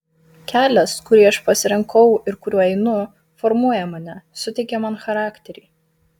kelias kurį aš pasirinkau ir kuriuo einu formuoja mane suteikia man charakterį